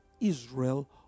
Israel